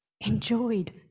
Enjoyed